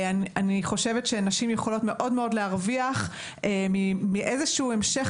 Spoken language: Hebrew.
אני חושבת שנשים יכולות להרוויח מאוד מאיזשהו המשך